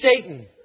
Satan